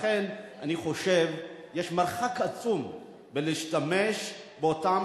לכן אני חושב שיש מרחק עצום בין להשתמש באותם